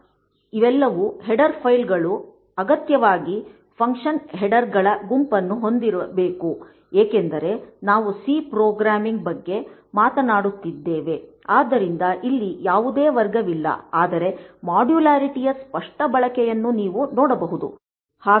ಈಗ ಇವೆಲ್ಲವೂ ಹೆಡರ್ ಫೈಲ್ಗಳು ಅಗತ್ಯವಾಗಿ ಫಂಕ್ಷನ್ ಹೆಡರ್ಗಳ ಗುಂಪನ್ನು ಹೊಂದಿರಬೇಕು ಏಕೆಂದರೆ ನಾವು ಸಿ ಪ್ರೋಗ್ರಾಮಿಂಗ್ ಬಗ್ಗೆ ಮಾತನಾಡುತ್ತಿದ್ದೇವೆ ಆದ್ದರಿಂದ ಇಲ್ಲಿ ಯಾವುದೇ ವರ್ಗವಿಲ್ಲ ಆದರೆ ಮಾಡ್ಯುಲ್ಯಾರಿಟಿ ಯ ಸ್ಪಷ್ಟ ಬಳಕೆಯನ್ನು ನೀವು ನೋಡಬಹುದು ಮಾಡ್ಯುಲ್ಯಾರಿಟಿ ಯ ಸಂಘಟಿತ ಬಳಕೆಯನ್ನು ತಿಳಿದುಕೊಳ್ಳಬಹುದು